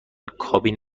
کابین